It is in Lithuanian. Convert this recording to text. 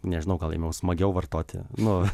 nežinau gal ėmiau smagiau vartoti nu